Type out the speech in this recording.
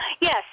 Yes